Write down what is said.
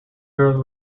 girls